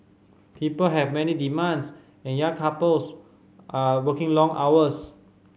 people have many demands and young couples are working long hours